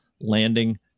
landing